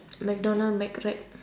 mcdonald mcwrap